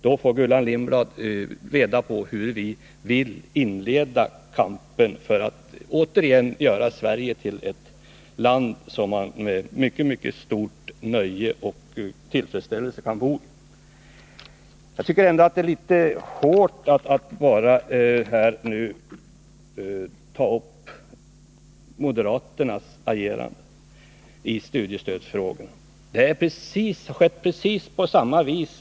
Då får Gullan Lindblad reda på hur vi vill inleda kampen för att återigen göra Sverige till ett land som man med mycket stort nöje och mycket stor tillfredsställelse kan bo i. Jag tycker ändå att det är litet hårt att här bara ta upp moderaternas agerande i studiestödsfrågor.